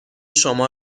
شما